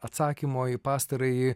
atsakymo į pastarąjį